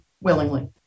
willingly